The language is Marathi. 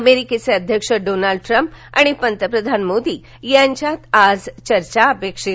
अमेरिकेचे अध्यक्ष डोनाल्ड ट्रम्प आणि पंतप्रधान मोदी यांच्यात आज चर्चा अपेक्षित आहे